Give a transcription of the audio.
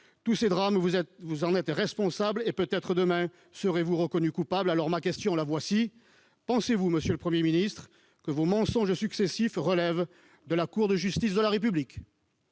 Tous ces drames, vous en êtes responsables. Et peut-être en serez-vous, demain, reconnus coupables. Voici ma question : pensez-vous, monsieur le Premier ministre, que vos mensonges successifs relèvent de la Cour de justice de la République ?